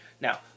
now